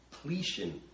completion